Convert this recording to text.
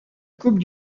coupe